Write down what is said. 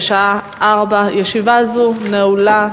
בשעה 16:00. ישיבה זו נעולה.